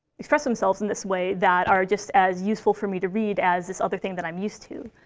express themselves in this way that are just as useful for me to read as this other thing that i'm used to.